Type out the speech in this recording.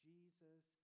Jesus